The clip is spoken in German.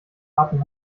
harten